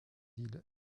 îles